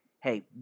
Hey